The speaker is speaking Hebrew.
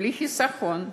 בלי חיסכון,